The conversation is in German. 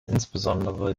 insbesondere